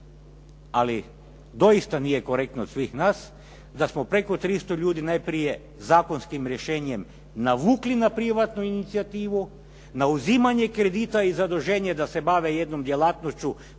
Ali doista nije korektno od svih nas da smo preko 300 ljudi najprije zakonskim rješenjem navukli na privatnu inicijativu, na uzimanje kredita i zaduženje da se bave jednom djelatnošću